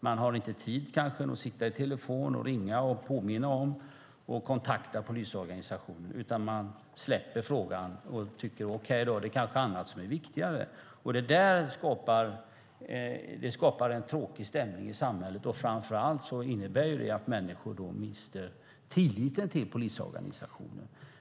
Man har kanske inte tid att sitta i telefon för att ringa och påminna och kontakta polisorganisationen, utan man släpper frågan och tycker: Okej då, det kanske är annat som är viktigare. Det skapar en tråkig stämning i samhället. Framför allt innebär det att människor mister tilliten till polisorganisationen.